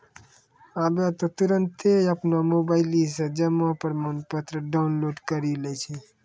आबै त तुरन्ते अपनो मोबाइलो से जमा प्रमाणपत्र डाउनलोड करि लै छै